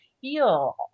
feel